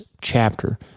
chapter